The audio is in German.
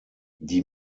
die